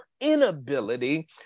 inability